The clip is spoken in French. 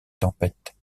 tempête